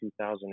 2008